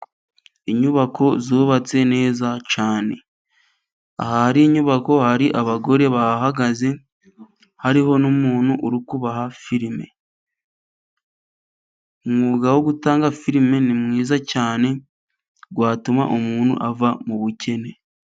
Inyubako zubatse neza cyane, aha hari inyubako hari abagore bahahagaze hariho n'umuntu uri kubaha filime. umwuga wo gutanga filime ni mwiza cyane watuma umuntu ava mu bukene.